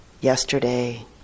Yesterday